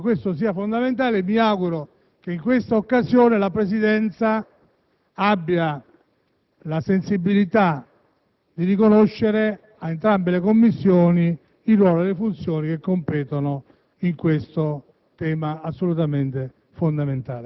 di chi ha in questa materia una competenza anche formale. Pertanto, esaurita l'indagine conoscitiva della Commissione giustizia, è a mio parere necessario procedere ad un intervento legislativo che non si limiti e non si fermi